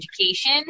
education